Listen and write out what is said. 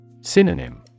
Synonym